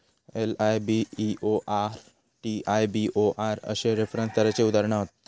LIBOR, TIBOR अश्ये reference दराची उदाहरणा हत